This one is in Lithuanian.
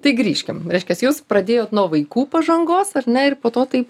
tai grįžkim reiškias jūs pradėjot nuo vaikų pažangos ar ne ir po to taip